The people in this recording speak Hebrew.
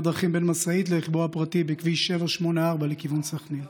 דרכים בין משאית לרכבו הפרטי בכביש 784 לכיוון סח'נין.